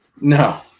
No